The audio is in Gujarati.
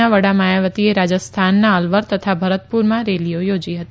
ના વડા માયાવતીએ રાજસ્થાનના અલવર તથા ભરતપુરમાં રેલીઓ યોજી હતી